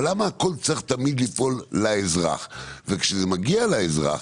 אבל למה הכול צריך תמיד ליפול על האזרח וכשזה מגיע לאזרח